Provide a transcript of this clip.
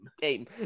game